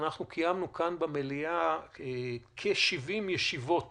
אנחנו קיימנו כאן במליאה כ-70 ישיבות